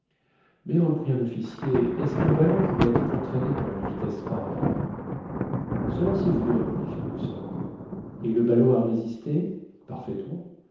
mais reprit un officier est-ce qu'un ballon pourrait être entraîné par une vitesse pareille cela s'est vu répondit fergusson et le ballon a résisté parfaitement